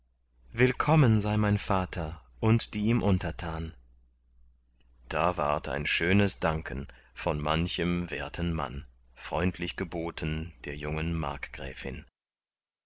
willkommen sei mein vater und die ihm untertan da ward ein schönes danken von manchem werten mann freundlich geboten der jungen markgräfin